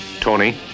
Tony